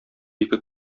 ике